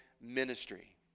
ministry